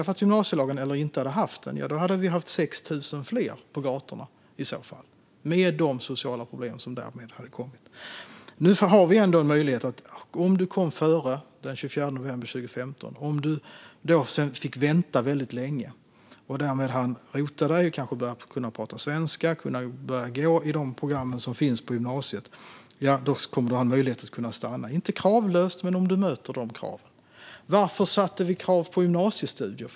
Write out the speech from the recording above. Man inser att vi hade haft 6 000 fler på gatorna, med de sociala problem som därmed hade uppstått, om vi inte hade haft gymnasielagen. Nu finns det en möjlighet: Om du kom före den 24 november 2015 och om du fick vänta väldigt länge och därmed hann rota dig och kanske började prata svenska och gå i de program som finns på gymnasiet kommer du att ha möjlighet att stanna, inte kravlöst men om du möter dessa krav. Varför ställde vi krav på gymnasiestudier?